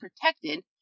protected